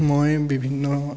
মই বিভিন্ন